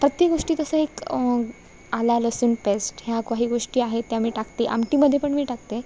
प्रत्येक गोष्टीत असं एक आलं लसूण पेस्ट ह्या काही गोष्टी आहेत त्या मी टाकते आमटीमध्ये पण मी टाकते